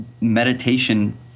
meditation